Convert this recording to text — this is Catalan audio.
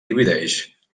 divideix